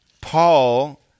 Paul